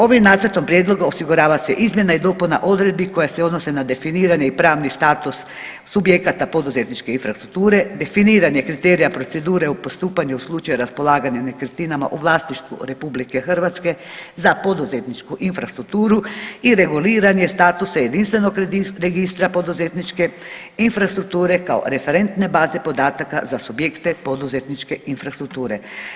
Ovim nacrtom prijedloga osigurava se izmjena i dopuna odredbi koja se odnosi na definirani i pravni status subjekata poduzetničke infrastrukture, definiranje kriterija procedure o postupanju u slučaju raspolaganja nekretninama u vlasništvu RH za poduzetničku infrastrukturu i reguliranje statusa jedinstvenog registra poduzetničke infrastrukture kao referentne baze podataka za subjekte poduzetničke infrastrukture.